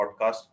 podcast